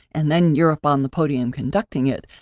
and then you're up on the podium conducting it.